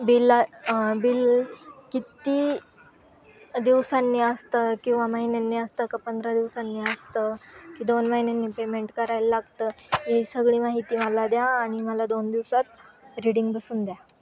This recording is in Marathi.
बिला बिल कित्ती दिवसांनी असतं किंवा महिन्यांनी असतं का पंधरा दिवसांनी असतं की दोन महिन्यांनी पेमेंट करायला लागतं ही सगळी माहिती मला द्या आणि मला दोन दिवसात रिडिंग बसवून द्या